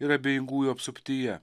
ir abejingųjų apsuptyje